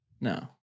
no